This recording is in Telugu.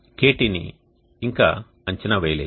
KT ని ఇంకా అంచనా వేయలేదు